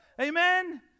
Amen